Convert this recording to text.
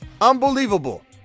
Unbelievable